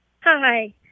Hi